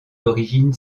d’origine